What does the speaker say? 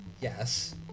yes